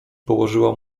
położyła